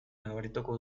nabarituko